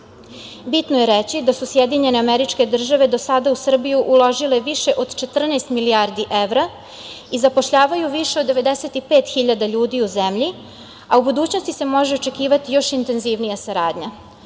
je reći da su SAD do sada u Srbiju uložile više od 14 milijardi evra i zapošljavaju više od 95.000 ljudi u zemlji, a u budućnosti se može očekivati još intenzivnija saradnja. Ovaj